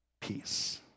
peace